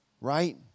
Right